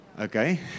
okay